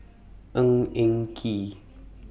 Ng Eng Kee